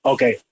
Okay